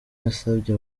yasabye